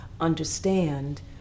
understand